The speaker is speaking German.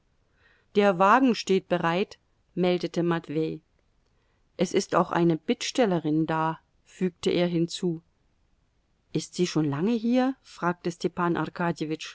der wagen steht bereit meldete matwei es ist auch eine bittstellerin da fügte er hinzu ist sie schon lange hier fragte